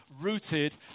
rooted